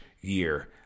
year